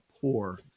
poor